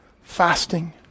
fasting